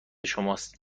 شماست